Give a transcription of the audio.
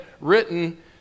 written